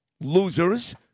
losers